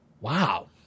Wow